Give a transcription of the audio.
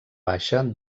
baixa